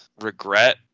regret